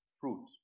fruit